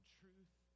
truth